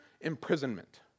Imprisonment